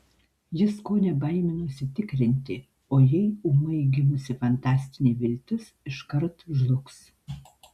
jis kone baiminosi tikrinti o jei ūmai gimusi fantastinė viltis iškart žlugs